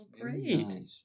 great